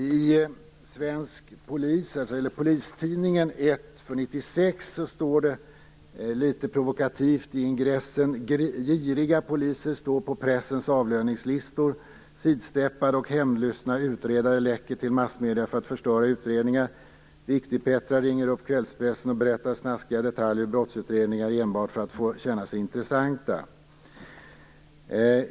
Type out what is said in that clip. I Polistidningen nr 1 för 1996 står det litet provokativt i ingressen av en artikel bl.a.: Giriga poliser står på pressens avlöningslistor. Sidsteppare och hämndlystna utredare läcker till massmedia för att förstöra utredningar. Viktigpettrar ringer upp kvällspressen och berättar snaskiga detaljer i brottsutredningar enbart för att få känna sig intressanta.